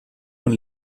von